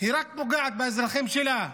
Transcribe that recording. היא רק פוגעת באזרחים שלה,